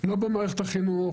לא במערכת החינוך,